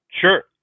Sure